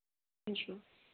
जी